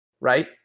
right